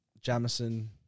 Jamison